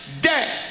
death